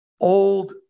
old